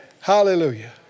hallelujah